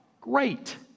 Great